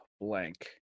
blank